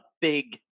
big